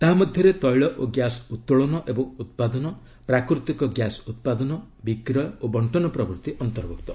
ତାହା ମଧ୍ୟରେ ତୈଳ ଓ ଗ୍ୟାସ୍ ଉତ୍ତୋଳନ ଏବଂ ଉତ୍ପାଦନ ପ୍ରାକୃତିକ ଗ୍ୟାସ୍ ଉତ୍ପାଦନ ବିକ୍ରୟ ଓ ବଣ୍ଟନ ପ୍ରଭୃତି ଅନ୍ତର୍ଭ୍ଭକ୍ତ